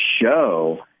show